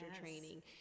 training